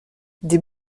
des